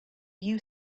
you